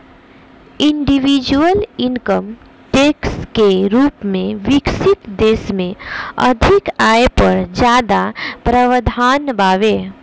individual income tax के रूप में विकसित देश में अधिक आय पर ज्यादा प्रावधान बावे